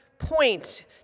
Point